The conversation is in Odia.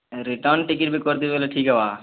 ହଁ ରିଟର୍ଣ୍ଣ୍ ଟିକେଟ୍ ବି କରିଦେବେ ବୋଲେ ଠିକ୍ ହେବା